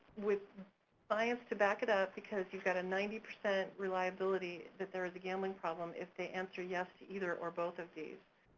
with science to back it up, because you've got a ninety percent reliability that there's a gambling problem if they answer yes to either or both of these.